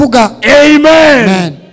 amen